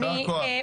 יישר כוח.